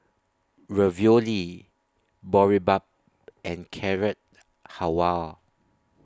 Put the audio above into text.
Ravioli Boribap and Carrot Halwa